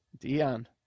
Dion